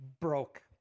broke